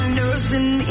nursing